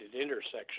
intersection